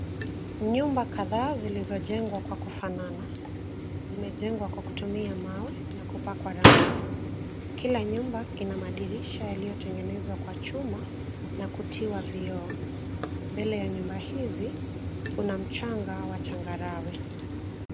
Nyumba kadhaa zilizojengwa kwa kufanana zimejengwa kwa kutumia mawe na kupakwa rangi. Kila nyumba ina madirisha yaliyotengenezwa kwa chuma na kutiwa vioo. Mbele ya nyumba hizi kuna mchanga wa changarawe.